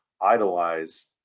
idolize